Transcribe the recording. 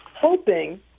hoping